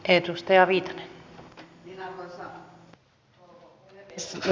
arvoisa rouva puhemies